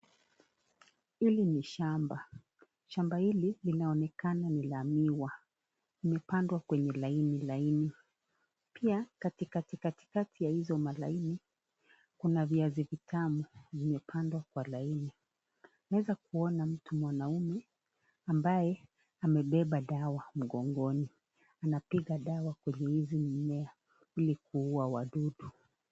Hili ni shamba . Shamba hili linaonekana ni la miwa. Limepandwa kwanye laini laini , pia katikati ya hizo malaini, Kuna viazi vitamu vimepandwa kwa laini . Tunaweza kuona mtu mwanaume ambaye amebeba dawa . Anapiga dawa kwa hizi mimea Ile kuua wadudu .